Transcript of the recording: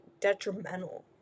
detrimental